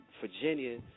Virginia